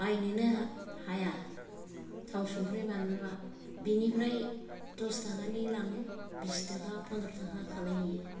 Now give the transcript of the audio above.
बायनोनो हाया थाव संख्रि बानलुआ बिनिफ्राय दस थाखानि लाङो बिसथाखा फनद्र थाखा खालाय हैयो